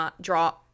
draw